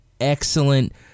excellent